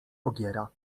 ogiera